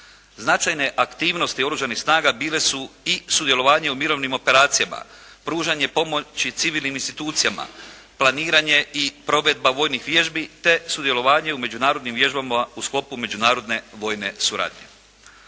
Značajne aktivnosti Oružanih snaga bile su i sudjelovanje u mirovnim operacijama, pružanje pomoći civilnim institucijama, planiranje i provedba vojnih vježbi, te sudjelovanje u međunarodnim vježbama u sklopu međunarodne vojne suradnje.